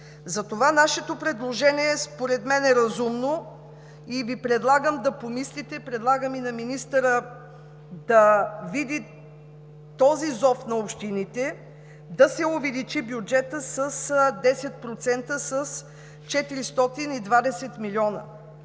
Затова нашето предложение според мен е разумно и Ви предлагам да помислите, предлагам и на министъра да види този зов на общините – да се увеличи бюджетът с 10% , с 420 млн.